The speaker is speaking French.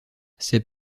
ses